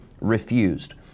refused